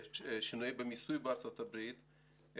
שינויים במיסוי בארצות הברית,